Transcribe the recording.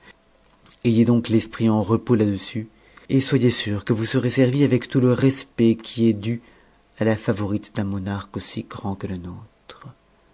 ayez donc l'esprit en repos là-dessus et soyez sûre que vous serez servie avec tout le respect qui est dû à la favorite d'un monarque aussi grand que le nôtre